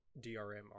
DRM